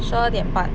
十二点半